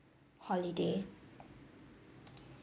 holiday